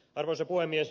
arvoisa puhemies